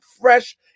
fresh